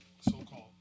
so-called